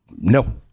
no